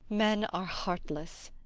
men are heartless.